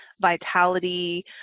vitality